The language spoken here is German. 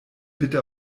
bitte